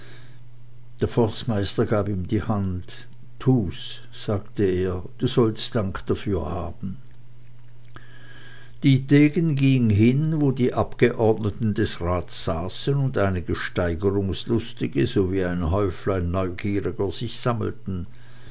der forstmeister gab ihm die hand tu's sagte er du sollst dank dafür haben dietegen ging hin wo die abgeordneten des rats saßen und einige steigerungslustige sowie ein häuflein neugieriger sich sammelten